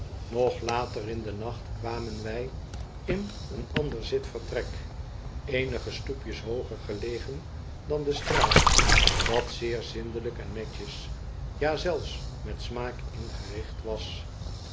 nog later in den nacht kwamen wij in een ander zitvertrek eenige stoepjes hooger gelegen dan de straat dat zeer zindelijk en netjes ja zelfs met smaak ingericht was